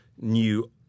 new